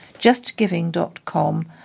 JustGiving.com